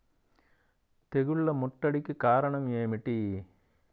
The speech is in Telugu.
తెగుళ్ల ముట్టడికి కారణం ఏమిటి?